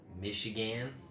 Michigan